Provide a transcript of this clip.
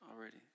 already